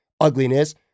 ugliness